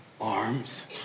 arms